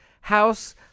house